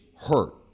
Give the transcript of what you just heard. hurt